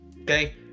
Okay